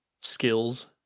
skills